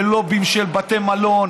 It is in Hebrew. בלובי של בתי מלון.